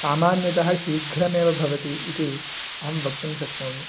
सामान्यतः शीघ्रमेव भवति इति अहं वक्तुं शक्नोमि